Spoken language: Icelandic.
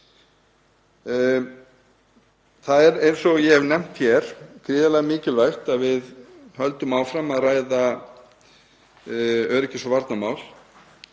taka. Eins og ég hef nefnt hér er gríðarlega mikilvægt að við höldum áfram að ræða öryggis- og varnarmál.